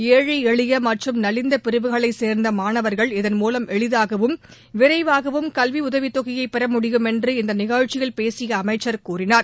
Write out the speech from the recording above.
ஏழை எளிய மற்றும் நலிந்த பிரிவுகளைச் சேர்ந்த மாணவர்கள் இதன் மூலம் எளிதாகவும் விரைவாகவும் கல்வி உதவித்தொகையை பெற முடியும் என்று இந்த நிகழ்ச்சியில் பேசிய அமைச்சர் கூறினார்